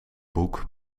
boek